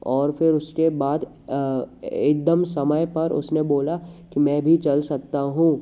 और फिर उसके बाद एकदम समय पर उसने बोला कि मैं भी चल सकता हूँ